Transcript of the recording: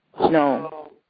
No